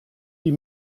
die